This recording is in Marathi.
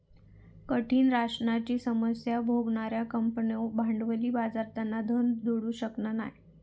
कठीण राशनाची समस्या भोगणार्यो कंपन्यो भांडवली बाजारातना धन जोडू शकना नाय